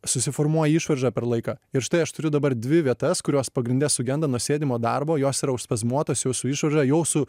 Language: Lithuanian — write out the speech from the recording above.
susiformuoja išvarža per laiką ir štai aš turiu dabar dvi vietas kurios pagrinde sugenda nuo sėdimo darbo jos yra užspazmuotos jau su išvarža jau su